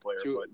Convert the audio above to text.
player